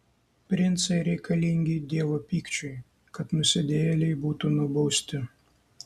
princai reikalingi dievo pykčiui kad nusidėjėliai būtų nubausti